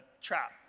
trap